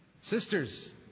Sisters